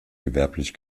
gewerblich